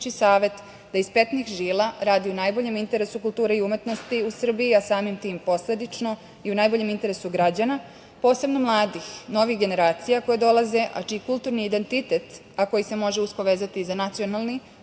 da iz petnih žila radi u najboljem interesu kulture i umetnosti u Srbiji, a samim tim posledično i u najboljem interesu građana, posebno mladih, novih generacija koje dolaze, a čiji kulturni identitet, a koji se može usko vezati za nacionalni,